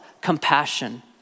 compassion